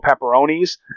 pepperonis